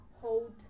hold